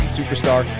superstar